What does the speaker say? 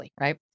Right